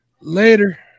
Later